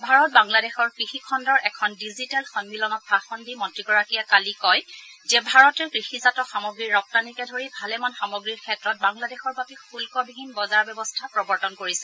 ভাৰত বাংলাদেশৰ কৃষি খণ্ডৰ এখন ডিজিটেল সমিলনত ভাষণ দি মন্ত্ৰীগৰাকীয়ে কালি কয় যে ভাৰতে কৃষিজাত সামগ্ৰীৰ ৰপ্তানীকে ধৰি ভালেমান সামগ্ৰীৰ ক্ষেত্ৰত বাংলাদেশৰ বাবে শুদ্ধবিহীন বজাৰ ব্যৱস্থা প্ৰৱৰ্তন কৰিছে